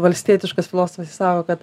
valstietiškas filosofas jis sako kad